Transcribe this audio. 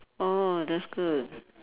oh that's good